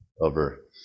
over